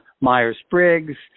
Myers-Briggs